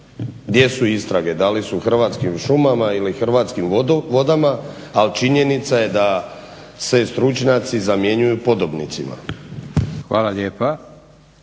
gdje su istrage da li su u Hrvatskim šumama ili Hrvatskim vodama ali činjenica je da se stručnjaci zamjenjuju podobnicima. **Leko,